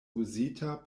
uzita